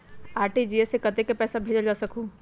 RTGS से कतेक पैसा भेजल जा सकहु???